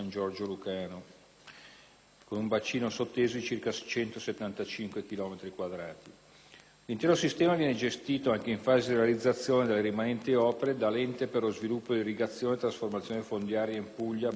(con un bacino sotteso di circa 175 chilometri quadrati). L'intero sistema viene gestito, anche in fase di realizzazione delle rimanenti opere, dall'Ente per lo sviluppo dell'irrigazione e trasformazione fondiaria in Puglia, Basilicata ed Irpinia